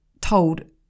told